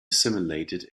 assimilated